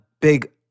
big